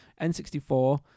N64